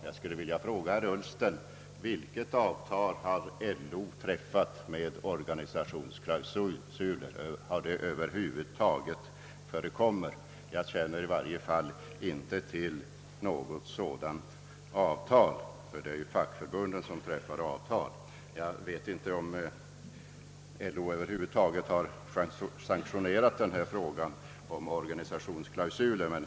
Jag skulle vilja fråga herr Ullsten: Vilket avtal har LO träffat med organisationsklausuler? Har det över huvud taget förekommit? Jag känner i varje fall inte till något sådant avtal. Det är nämligen fackförbunden som träffar avtal. Jag vet inte att LO över huvud taget har sanktionerat detta om organisationsklausuler.